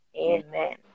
Amen